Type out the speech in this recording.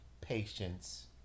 patience